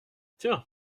tiens